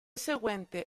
seguente